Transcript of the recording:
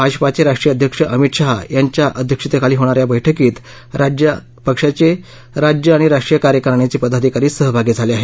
भाजपाचे राष्ट्रीय अध्यक्ष अमित शहा यांच्या अध्यक्षतेखाली होणा या या बैठकीत पक्षाचे राज्य आणि राष्ट्रीय कार्यकारिणीचे पदाधिकारी सहभागी झाले आहेत